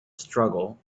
struggle